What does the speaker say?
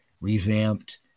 revamped